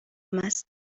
است